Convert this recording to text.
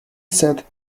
said